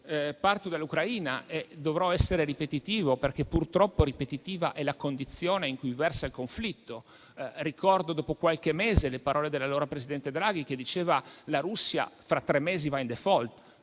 parto dall'Ucraina e dovrò essere ripetitivo, perché purtroppo ripetitiva è la condizione in cui versa il conflitto. Ricordo, dopo qualche mese, le parole dell'allora presidente del Consiglio Draghi, che diceva: la Russia fra tre mesi va in *default*.